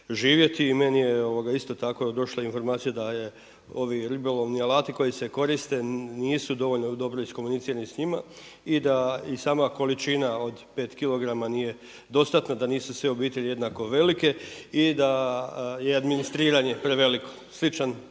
I meni je isto tako došla informacija da je ovi ribolovni alati koji se koriste nisu dovoljno dobro iskomunicirani sa njima i da i sama količina od 5 kg nije dostatna, da nisu sve obitelji jednako velike i da je administriranje preveliko. Sličan